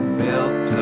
built